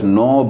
no